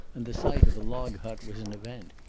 and the sight of a log-hut was an event.